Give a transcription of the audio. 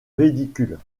ridicule